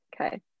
Okay